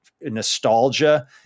nostalgia